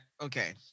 okay